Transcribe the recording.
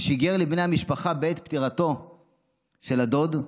ששיגר לבני המשפחה בעת פטירתו של הדוד.